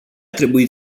trebuit